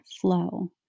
flow